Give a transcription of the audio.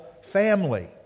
family